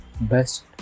best